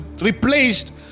replaced